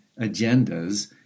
agendas